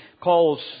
calls